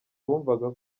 bumvaga